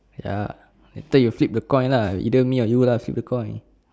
wait ah later you flip the coin lah either me or you lah flip the coin